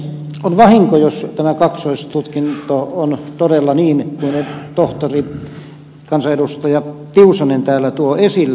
on vahinko jos tämä kaksoistutkinto on todella niin kuin tohtori kansanedustaja tiusanen täällä tuo esille